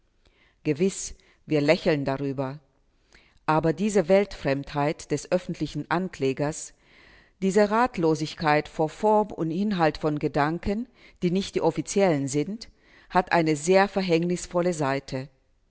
gewiß wir lächeln darüber aber diese weltfremdheit des öffentlichen anklägers diese ratlosigkeit vor form und inhalt von gedanken die nicht die offiziellen sind hat eine sehr verhängnisvolle seite